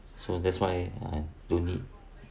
so that's why I don't need